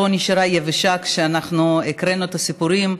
נשארה יבשה כשאנחנו הקראנו את הסיפורים,